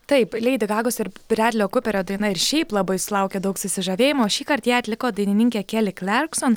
taip leidi gagos ir bredlio kuperio daina ir šiaip labai sulaukė daug susižavėjimo šįkart ją atliko dainininkė keli klarkson